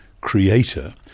creator